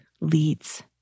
leads